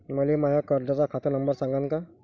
मले माया कर्जाचा खात नंबर सांगान का?